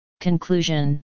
Conclusion